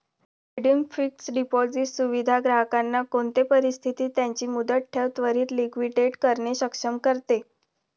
redeemed fixed deposit सुविधा ग्राहकांना कोणते परिस्थितीत त्यांची मुदत ठेव त्वरीत लिक्विडेट करणे सक्षम करते